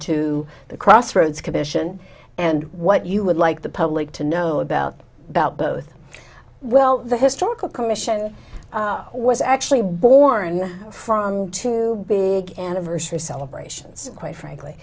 to the crossroads commission and what you would like the public to know about about both well the historical commission was actually born from two big anniversary celebrations quite frankly